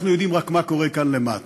אנחנו יודעים רק מה קורה כאן למטה.